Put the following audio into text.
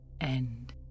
end